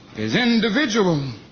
is individual.